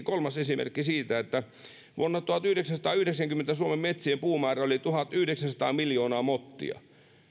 kolmas esimerkki siitä että vuonna tuhatyhdeksänsataayhdeksänkymmentä suomen metsien puumäärä oli tuhatyhdeksänsataa miljoonaa mottia